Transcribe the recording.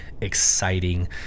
exciting